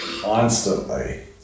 constantly